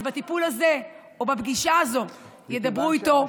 אז בטיפול הזה או בפגישה הזאת ידברו איתו,